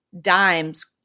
dimes